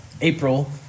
April